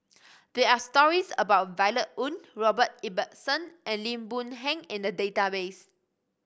there are stories about Violet Oon Robert Ibbetson and Lim Boon Heng in the database